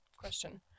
question